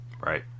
right